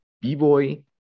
b-boy